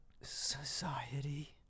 society